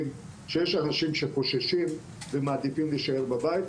שיש אנשים שחוששים ומעדיפים להישאר בבית.